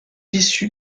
issu